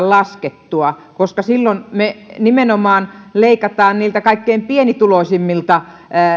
laskettua koska silloin me nimenomaan leikkaamme niiltä kaikkein pienituloisimmilta